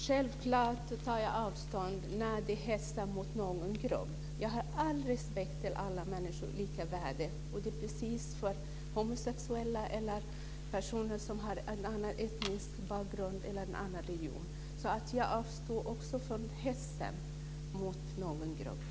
Fru talman! Självklart tar jag avstånd när det hetsas mot någon grupp. Jag har all respekt för alla människors lika värde - det gäller precis likadant för homosexuella som för personer med en annan etnisk bakgrund eller en annan religion. Jag tar avstånd från hets mot alla grupper.